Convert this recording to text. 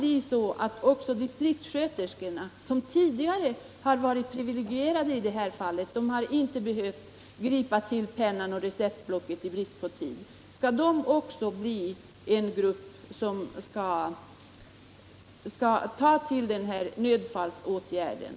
Skall nu också distriktssköterskorna — som tidigare har varit privilegierade i detta fall, eftersom de inte behövt ta pennan och receptblocket i brist på tid — få använda sig av den här nödfallsåtgärden?